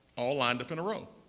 all lined up in a row.